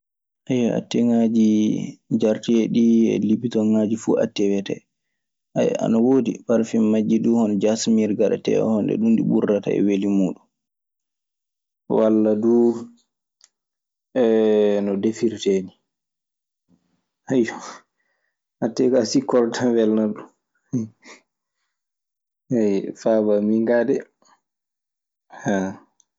atteŋaaji jareteeɗi ɗii e lipitonŋaaji fuu attee wiyete. ana woodi parafen majji duu hono jasimirgaratee oo ɗun ɗi ɓurdata e meli muuɗun. Walla duu no defirtee ni. Ayyo, attee kaa sikkoro tan welnata ɗun. E faamun an min kaa de